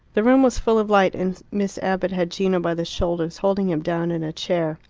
the room was full of light, and miss abbott had gino by the shoulders, holding him down in a chair.